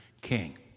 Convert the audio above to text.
king